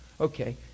Okay